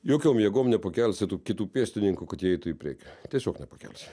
jokiom jėgom nepakelsi tų kitų pėstininkų kad jie eitų į priekį tiesiog nepakelsi